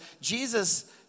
Jesus